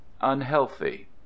Unhealthy